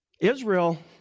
Israel